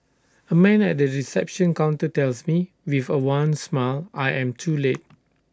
A man at the reception counter tells me with A wan smile I am too late